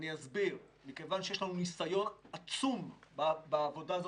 מכיוון שיש לנו ניסיון עצום בעבודה הזאת